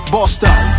Boston